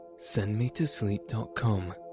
SendMeToSleep.com